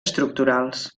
estructurals